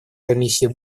комиссии